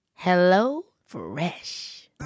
HelloFresh